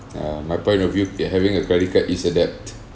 um my point of view you having a credit card is a debt